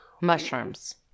Mushrooms